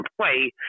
play